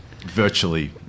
virtually